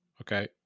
Okay